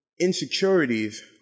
insecurities